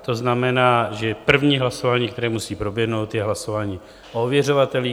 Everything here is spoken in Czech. To znamená, že první hlasování, které musí proběhnout, je hlasování o ověřovatelích.